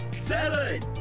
Seven